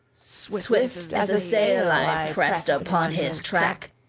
swift as a sail i pressed upon his track,